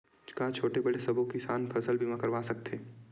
का छोटे बड़े सबो किसान फसल बीमा करवा सकथे?